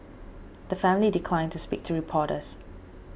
the family declined to speak to reporters